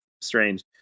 strange